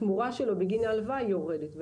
התמורה שלו בגין ההלוואה יורדת.